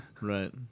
right